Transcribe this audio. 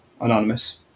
anonymous